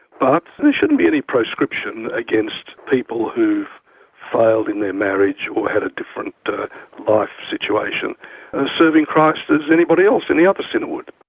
but there shouldn't be any proscription against people who've failed in their marriage or had a different life situation and serving christ as anybody else, any other sinner would.